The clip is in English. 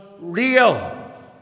real